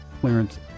clearance